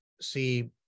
see